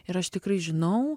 ir aš tikrai žinau